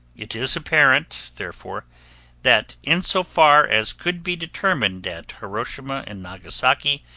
it is apparent therefore that insofar as could be determined at hiroshima and nagasaki,